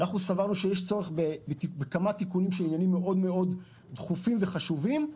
אנחנו סברנו שיש צורך בכמה תיקונים בעניינים מאוד מאוד דחופים וחשובים,